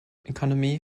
economy